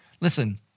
Listen